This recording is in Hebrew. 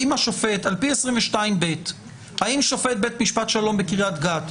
על פי 220ב, האם שופט בית משפט שלום בקריית גת,